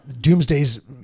Doomsday's